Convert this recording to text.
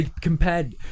compared